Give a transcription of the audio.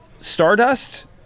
stardust